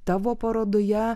tavo parodoje